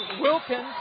Wilkins